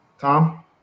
Tom